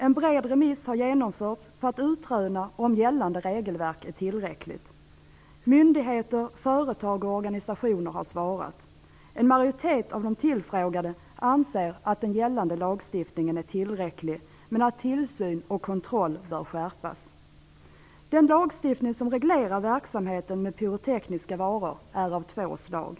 En bred remiss har genomförts för att utröna om gällande regelverk är tillräckligt. Myndigheter, företag och organisationer har svarat. En majoritet av de tillfrågade anser att den gällande lagstiftningen är tillräcklig, men att tillsyn och kontroll bör skärpas. Den lagstiftningen som reglerar verksamheten med pyrotekniska varor är av två slag.